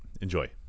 Enjoy